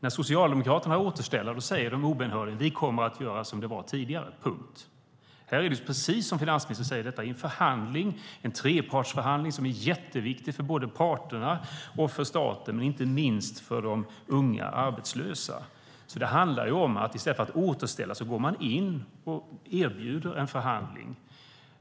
När Socialdemokraterna talar om återställare säger de obönhörligen: Vi kommer att göra som det var tidigare. Punkt. Men detta är ju, precis som finansministern säger, en förhandling, en trepartsförhandling som är jätteviktig för både parterna och staten, och inte minst för de unga arbetslösa. I stället för att återställa går man alltså in och erbjuder en förhandling.